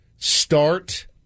start